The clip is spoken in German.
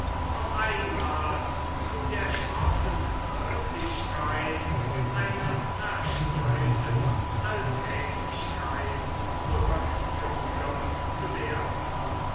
auf einmal zu der schroffen wirklichkeit einer zerstreuten alltäglichkeit zurückgeführt zu werden